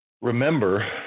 remember